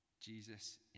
Jesus